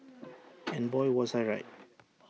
and boy was I right